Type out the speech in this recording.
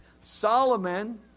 Solomon